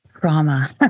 trauma